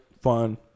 fun